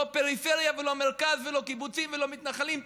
לא פריפריה ולא מרכז ולא קיבוצים ולא מתנחלים.